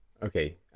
Okay